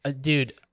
dude